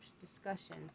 discussion